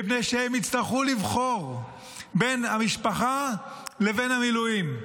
מפני שהם יצטרכו לבחור בין המשפחה לבין המילואים,